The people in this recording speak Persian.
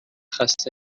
خسته